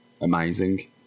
amazing